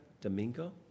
Domingo